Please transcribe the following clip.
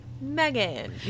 Megan